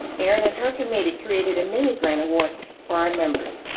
erin and her committee created a mini grant award for our members.